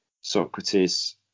Socrates